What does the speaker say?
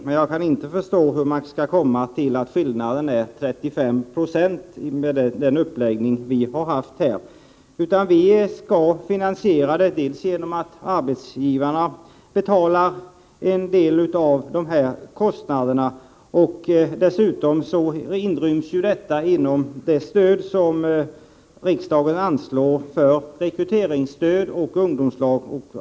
Men jag kan inte förstå hur man kan komma fram till att skillnaden blir 35 96 med vår uppläggning. Vi skall finansiera detta dels genom att arbetsgivarna betalar en del av kostnaderna, dels genom att utnyttja de medel som riksdagen anslår för rekryteringsstöd och till ungdomslag.